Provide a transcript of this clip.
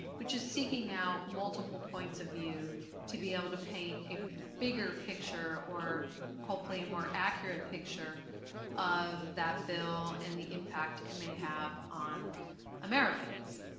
which is seeking out multiple points of view to be able to paint a bigger picture or hopefully a more accurate picture of that bill and the impact it may have on americans.